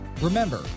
Remember